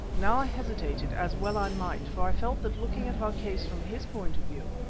now i hesitated, as well i might, for i felt that looking at our case from his point of view,